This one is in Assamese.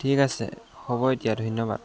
ঠিক আছে হ'ব এতিয়া ধন্যবাদ